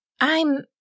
I'm